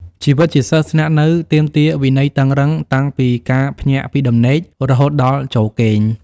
ជីវិតជាសិស្សស្នាក់នៅទាមទារវិន័យតឹងរ៉ឹងតាំងពីការភ្ញាក់ពីដំណេករហូតដល់ចូលគេង។